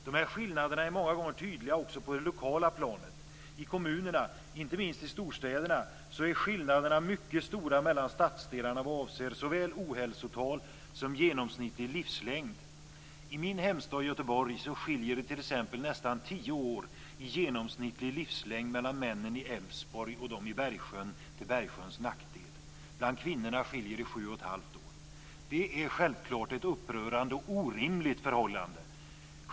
Dessa skillnader är många gånger tydliga också på det lokala planet. I kommunerna, inte minst i storstäderna, är skillnaderna mycket stora mellan stadsdelarna vad avser såväl ohälsotal som genomsnittlig livslängd. I min hemstad Göteborg skiljer det t.ex. nästan tio år i genomsnittlig livslängd mellan männen i Älvsborg och i Bergsjön till Bergsjöns nackdel. Bland kvinnorna skiljer det 7 1⁄2 år. Det är självklart ett upprörande och orimligt förhållande.